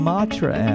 Matra